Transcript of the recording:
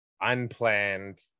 unplanned